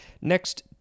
Next